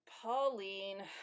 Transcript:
Pauline